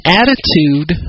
attitude